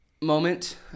moment